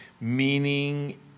meaning